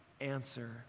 answer